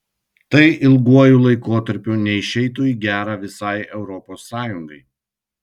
tai ilguoju laikotarpiu neišeitų į gera visai europos sąjungai